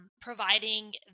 providing